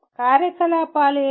కార్యకలాపాలు ఏమిటి